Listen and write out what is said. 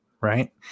right